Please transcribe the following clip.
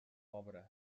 pobre